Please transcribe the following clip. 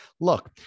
Look